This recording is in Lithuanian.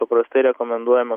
paprastai rekomenduojama